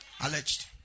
Alleged